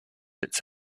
its